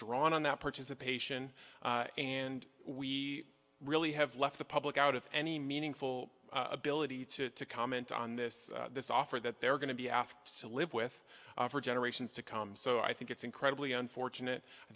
drawn on that participation and we really have left the public out of any meaningful ability to comment on this this offer that they're going to be asked to live with for generations to come so i think it's incredibly unfortunate i